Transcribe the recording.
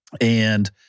And-